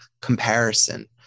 comparison